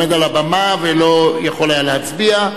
העומד על הבמה ולא יכול היה להצביע.